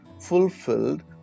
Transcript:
fulfilled